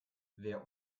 wer